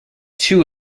two